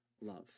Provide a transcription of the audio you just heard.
love